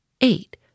Eight